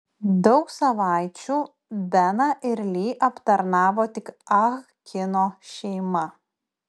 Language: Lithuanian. daug savaičių beną ir li aptarnavo tik ah kino šeima